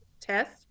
Test